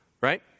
Right